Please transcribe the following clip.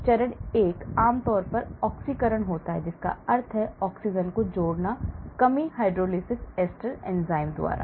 चरण 1 आम तौर पर ऑक्सीकरण होता है जिसका अर्थ है O को जोड़ना कमी हाइड्रोलिसिस एस्टर एंजाइम द्वारा